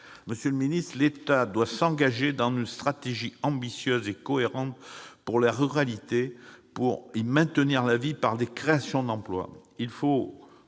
poursuivies. Mais l'État doit aussi s'engager dans une stratégie ambitieuse et cohérente pour la ruralité, afin d'y maintenir la vie par des créations d'emplois.